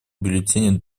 бюллетени